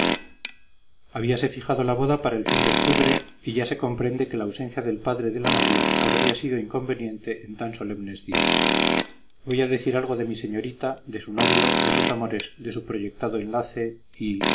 mi ama habíase fijado la boda para fin de octubre y ya se comprende que la ausencia del padre de la novia habría sido inconveniente en tan solemnes días voy a decir algo de mi señorita de su novio de sus amores de su proyectado enlace y